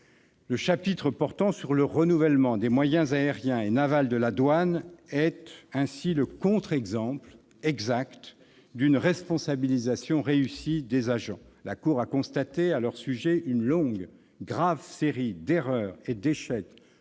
Le chapitre portant sur le renouvellement des moyens aériens et navals de la douane est ainsi le contre-exemple exact d'une responsabilisation réussie des agents. La Cour a constaté à leur sujet une longue et grave série d'erreurs et d'échecs,